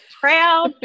proud